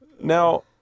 Now